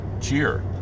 cheer